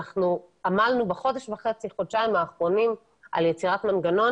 אנחנו אמרנו בחודש וחצי חודשיים האחרונים על יצירת מנגנון